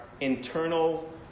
internal